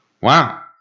Wow